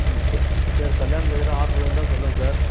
ம் சே ம் சரி கல்யாணத்துக்கு எதுனா ஆட்ரு இருந்தால் சொல்லுங்கள் சார்